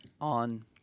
on